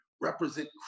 represent